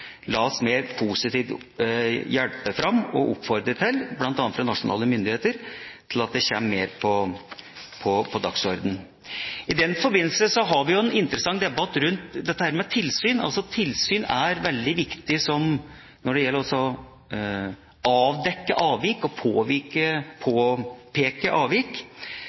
La oss på en mer positiv måte hjelpe til med og oppfordre til, bl.a. nasjonale myndigheter, at dette kommer høyere opp på dagsordenen. I den forbindelse har vi en interessant debatt om tilsyn. Tilsyn er veldig viktig når det gjelder å avdekke og å påpeke avvik.